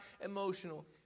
emotional